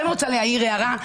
אני כן רוצה להעיר הערה.